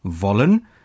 wollen